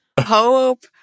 hope